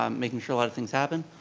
um making sure a lot of things happen.